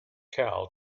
cal